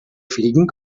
fliegen